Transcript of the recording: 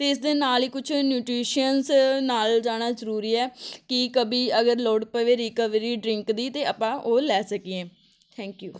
ਅਤੇ ਇਸ ਦੇ ਨਾਲ ਹੀ ਕੁਛ ਨਿਊਟ੍ਰੀਸ਼ਨਸ ਨਾਲ ਲਿਜਾਣਾ ਜ਼ਰੂਰੀ ਹੈ ਕਿ ਕਭੀ ਅਗਰ ਲੋੜ ਪਵੇ ਰੀਕਵਰੀ ਡਰਿੰਕ ਦੀ ਅਤੇ ਆਪਾਂ ਉਹ ਲੈ ਸਕੀਏ ਥੈਂਕ ਯੂ